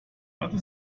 mathe